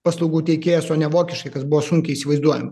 paslaugų teikėjas o ne vokiškai kas buvo sunkiai įsivaizduojama